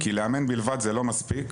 כי לאמן בלבד זה לא מספיק,